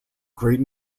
great